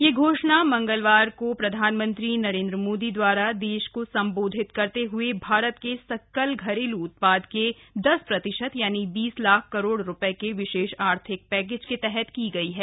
यह घोषणा मंगलवार को प्रधानमंत्री नरेन्द्र मोदी द्वारा देश को संबोधित करते हुए भारत के सकल घरेलू उत्पाद के दस प्रतिशत यानी बीस लाख करोड रुपये के विशेष आर्थिक पैकेज के तहत की गई है